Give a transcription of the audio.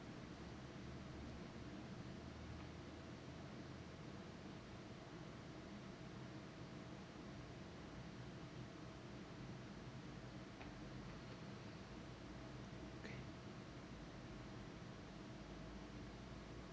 okay